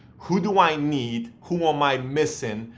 who do i need, who am i missing,